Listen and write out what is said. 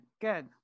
Good